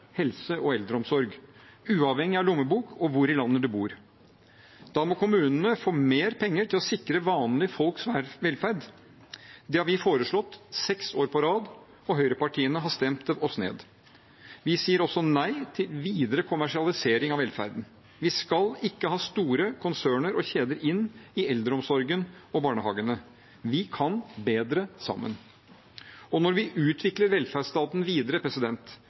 helse og eldreomsorg, uavhengig av lommebok og hvor i landet man bor. Da må kommunene få mer penger til å sikre vanlige folks velferd. Det har vi foreslått seks år på rad, og høyrepartiene har stemt oss ned. Vi sier også nei til videre kommersialisering av velferden. Vi skal ikke ha store konserner og kjeder inn i eldreomsorgen og barnehagene. Vi kan bedre sammen. Når vi utvikler velferdsstaten videre